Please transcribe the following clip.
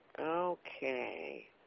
Okay